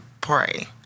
pray